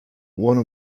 one